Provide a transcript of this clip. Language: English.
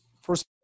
first